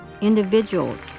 individuals